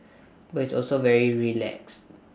but it's also very relaxed